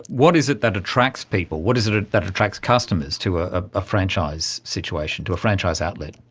what is it that attracts people, what is it it that attracts customers to ah ah a franchise situation, to a franchise outlet?